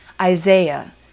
Isaiah